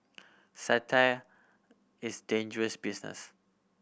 satire is dangerous business